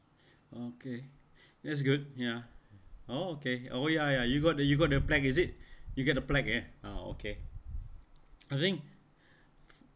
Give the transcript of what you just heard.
okay that's good ya oh okay oh ya ya you got the you got the plaque is it you get the plaque eh ah okay I think